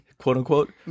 quote-unquote